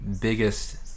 biggest